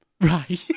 Right